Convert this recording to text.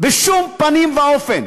בשום פנים ואופן.